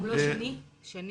אולי שני המזכירה?